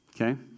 okay